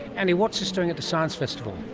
andy, what is this doing at the science festival?